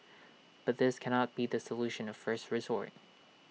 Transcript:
but this cannot be the solution of first resort